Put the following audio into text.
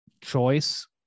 choice